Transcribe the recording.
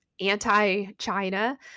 anti-China